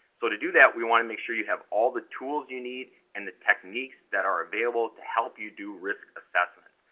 so, to do that, we want to make sure you have all the tools you need, and the techniques that are available to help you do risk assessments.